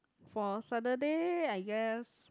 for a Saturday I guess